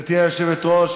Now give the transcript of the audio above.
גברתי היושבת-ראש,